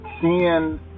seeing